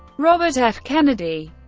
robert f. kennedy